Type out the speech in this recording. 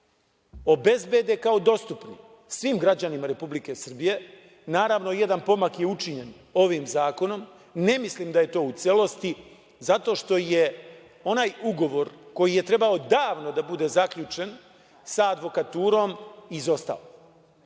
obezbede kao dostupnim svim građanima Republike Srbije. Naravno, jedan pomak je učinjen ovim zakonom. Ne mislim da je to u celosti zato što je onaj ugovor koji je trebao davno da bude zaključen sa advokaturom izostao. Advokati